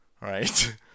right